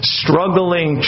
struggling